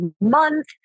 month